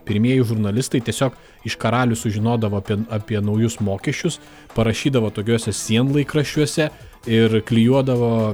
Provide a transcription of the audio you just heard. pirmieji žurnalistai tiesiog iš karalių sužinodavo apie naujus mokesčius parašydavo tokiuose sienlaikraščiuose ir klijuodavo